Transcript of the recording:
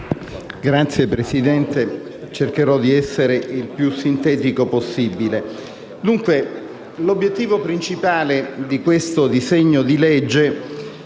Signor Presidente, cercherò di essere il più sintetico possibile. L'obiettivo principale di questo disegno di legge